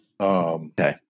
Okay